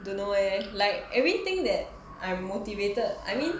don't know eh like everything that I'm motivated I mean